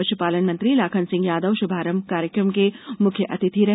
पशुपालन मंत्री लाखन सिंह यादव शुभारंभ कार्यक्रम के मुख्य अतिथि रहे